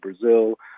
Brazil